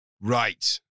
Right